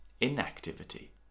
inactivity